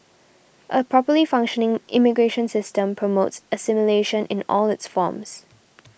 a properly functioning immigration system promotes assimilation in all its forms